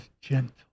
gentle